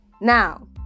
Now